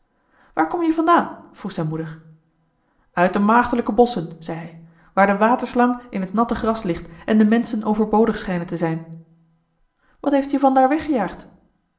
waar kom je vandaan vroeg zijn moeder uit de maagdelijke bosschen zei hij waar de waterslang in het natte gras ligt en de menschen overbodig schijnen te zijn wat heeft je vandaar weggejaagd